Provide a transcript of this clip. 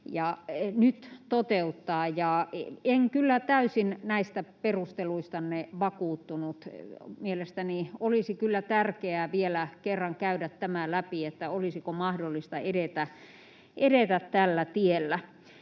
nyt toteuttaa, ja en kyllä täysin näistä perusteluistanne vakuuttunut. Mielestäni olisi kyllä tärkeää vielä kerran käydä läpi tämä, olisiko mahdollista edetä tällä tiellä.